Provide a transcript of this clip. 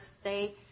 State